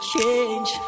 change